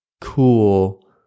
cool –